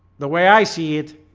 the way i see it